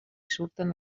surten